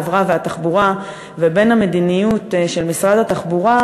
החברה והתחבורה ובין המדיניות של משרד התחבורה,